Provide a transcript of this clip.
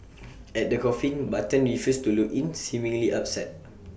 at the coffin button refused to look in seemingly upset